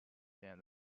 and